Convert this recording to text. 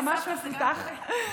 נראה לי שלבעלי יש מוח הורי ממש מפותח.